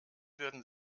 würden